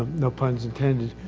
no puns intended.